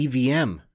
EVM